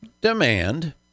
Demand